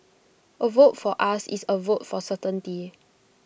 A vote for us is A vote for certainty